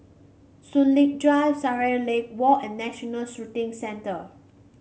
Soon Lee Drive Shangri Lake Walk and National Shooting Centre